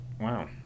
wow